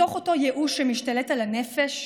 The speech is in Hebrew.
מתוך אותו ייאוש שמשתלט על הנפש,